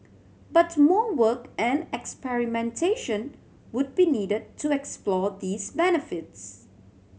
but more work and experimentation would be need to explore these benefits